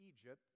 Egypt